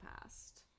past